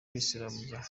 kwisiramuza